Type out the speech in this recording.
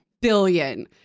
billion